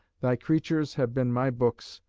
thy creatures have been my books,